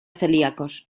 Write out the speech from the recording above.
celíacos